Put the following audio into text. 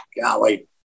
golly